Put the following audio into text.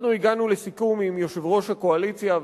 אנחנו הגענו לסיכום עם יושב-ראש הקואליציה,